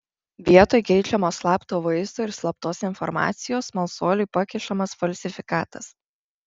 vietoj geidžiamo slapto vaizdo ir slaptos informacijos smalsuoliui pakišamas falsifikatas